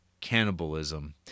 cannibalism